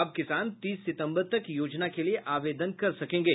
अब किसान तीस सितम्बर तक योजना के लिए आवेदन कर सकेंगे